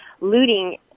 looting